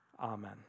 Amen